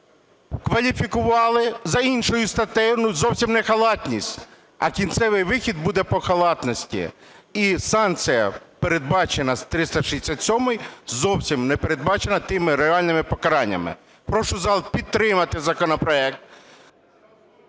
Кваліфікували за іншою статтею, ну зовсім не халатність, а кінцевий вихід буде по халатності. І санкція, передбачена з 367-ї, зовсім не передбачена тими реальними покараннями. Прошу зал підтримати законопроект...